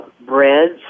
breads